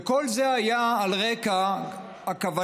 וכל זה היה על רקע הכוונה,